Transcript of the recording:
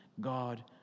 God